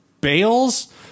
Bales